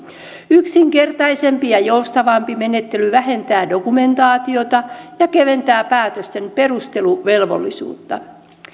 yksinkertaisempi ja joustavampi menettely vähentää dokumentaatiota ja keventää päätösten perusteluvelvollisuutta